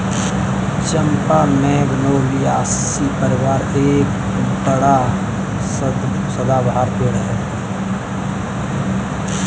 चंपा Magnoliaceae परिवार का एक बड़ा सदाबहार पेड़ है